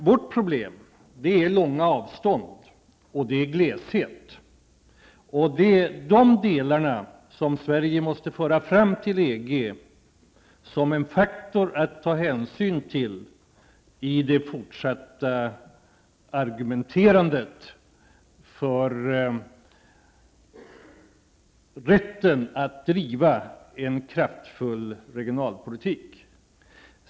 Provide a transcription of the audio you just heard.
Vårt problem är långa avstånd och gleshet. Dessa saker måste Sverige föra fram till EG som faktorer att ta hänsyn till i det fortsatta argumenterandet för rätten att driva en kraftfull regionalpolitik.